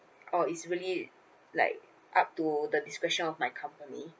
or is really like up to the description of my company